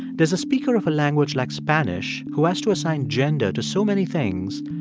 does a speaker of a language, like spanish, who has to assign gender to so many things,